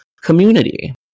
community